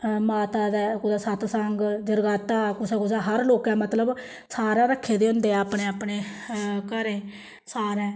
माता दै कुतै सतसंग जरगाता कुसै कुसै हर लोकें मतलब सारें रक्खे दे होंदे अपने अपने घरें सारें